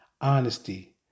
Honesty